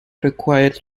required